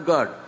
God